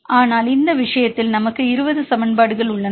ஆனால் இந்த விஷயத்தில் நமக்கு 20 சமன்பாடுகள் உள்ளன